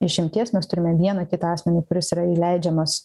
išimties mes turime vieną kitą asmenį kuris yra įleidžiamas